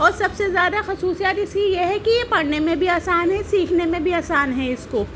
اور سب سے زیادہ خصوصیت اس کی یہ ہے کہ یہ پڑھنے میں بھی آسان ہے سیکھنے میں بھی آسان ہے اس کو